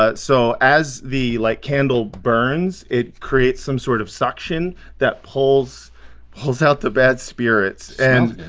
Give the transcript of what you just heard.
but so as the like candle burns, it creates some sort of suction that pulls pulls out the bad spirits. and